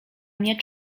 mnie